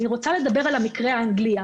אני רוצה לדבר על המקרה האנגלי.